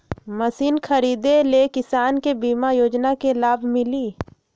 Machine खरीदे ले किसान के बीमा योजना के लाभ मिली?